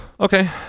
Okay